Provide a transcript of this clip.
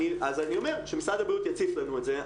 אז אני אומר, שמשרד הבריאות יציף לנו את זה.